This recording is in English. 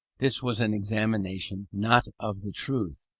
this was an examination not of the truth,